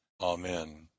Amen